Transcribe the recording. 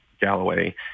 Galloway